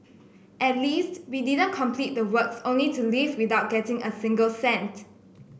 at least we didn't complete the works only to leave without getting a single cent